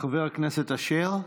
חבר הכנסת אשר,